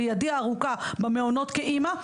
שלידי הארוכה במעונות כאימא,